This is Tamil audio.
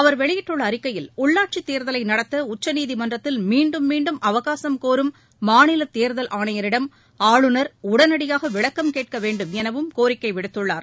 அவர் வெளியிட்டுள்ள அறிக்கையில் உள்ளாட்சித் தேர்தலை நடத்த உச்சநீதிமன்றத்தில் மீண்டும் மீண்டும் அவகாசும் கோரும் மாநில தேர்தல் ஆணையரிடம் ஆளுநர் உடனடியாக விளக்கம் கேட்க வேண்டும் எனவும் கோரிக்கை விடுத்துள்ளார்